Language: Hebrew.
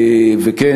וכן,